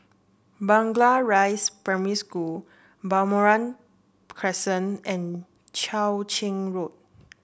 Blangah Rise Primary School Balmoral Crescent and Cheow Keng Road